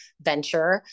venture